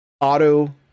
auto